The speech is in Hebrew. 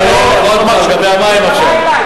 אני חושב שבוועדה תוכלו, הוא פנה אלי.